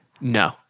No